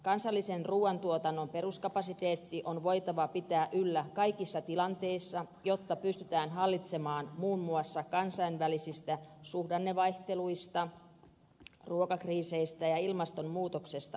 kansallisen ruuantuotannon peruskapasiteetti on voitava pitää yllä kaikissa tilanteissa jotta pystytään hallitsemaan muun muassa kansainvälisistä suhdannevaihteluista ruokakriiseistä ja ilmastonmuutoksesta aiheutuvia riskejä